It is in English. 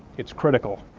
it's critical!